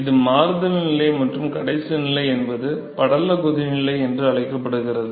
இது மாறுதல் நிலை மற்றும் கடைசி நிலை என்பது படல கொதிநிலை என்று அழைக்கப்படுகிறது